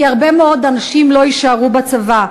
כי הרבה מאוד אנשים לא יישארו בצבא.